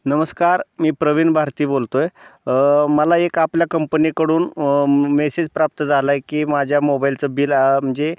नमस्कार मी प्रवीण भारती बोलतो आहे मला एक आपल्या कंपनीकडून मेसेज प्राप्त झाला आहे की माझ्या मोबाईलचं बिल म्हणजे